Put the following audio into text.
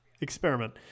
Experiment